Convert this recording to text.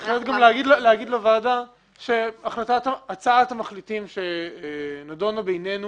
לומר לוועדה שהצעת המחליטים שנדונה בינינו